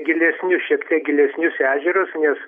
gilesnius šiek tiek gilesnius ežerus nes